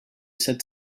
said